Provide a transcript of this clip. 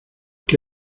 que